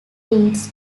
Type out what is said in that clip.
leads